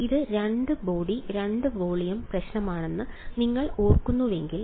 ഇത് രണ്ട് body 2 volume പ്രശ്നമാണെന്ന് നിങ്ങൾ ഓർക്കുന്നുവെങ്കിൽ